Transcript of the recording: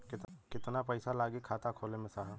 कितना पइसा लागि खाता खोले में साहब?